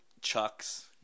Chucks